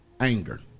anger